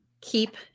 keep